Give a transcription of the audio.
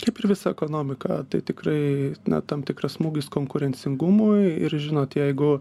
kaip ir visa ekonomika tai tikrai na tam tikras smūgis konkurencingumui ir žinot jeigu